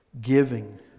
Giving